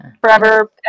forever